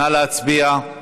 נא להצביע.